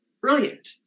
brilliant